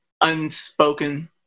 unspoken